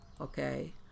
okay